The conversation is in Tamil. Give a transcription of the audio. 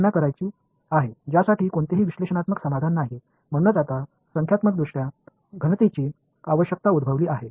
பகுப்பாய்வு தீர்வு இல்லாத சிக்கலான சிக்கல்களை இப்போது கணக்கிட விரும்புகிறேன்